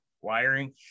wiring